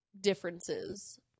differences